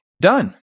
done